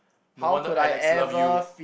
no wonder Alex love you